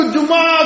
Juma